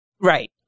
Right